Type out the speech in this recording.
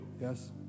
Yes